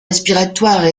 respiratoires